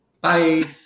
Bye